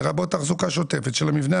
לרבות תחזוקה שוטפת של המבנה,